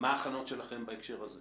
מה ההכנות שלכם בהקשר הזה?